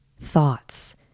thoughts